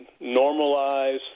normalize